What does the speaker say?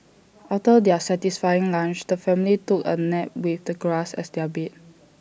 after their satisfying lunch the family took A nap with the grass as their bed